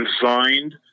designed